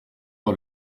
par